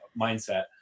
mindset